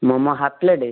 momo half plate